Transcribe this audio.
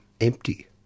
empty